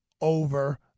over